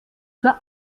zur